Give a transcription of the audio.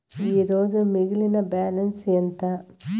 ఈరోజు మిగిలిన బ్యాలెన్స్ ఎంత?